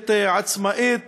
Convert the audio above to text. פלסטינית עצמאית.